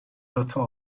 daughter